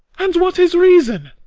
and what's his reason?